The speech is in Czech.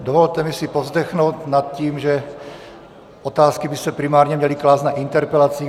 Dovolte mi si povzdechnout nad tím, že otázky by se primárně měly klást na interpelacích.